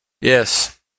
Yes